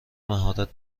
مهارت